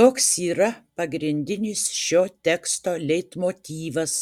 toks yra pagrindinis šio teksto leitmotyvas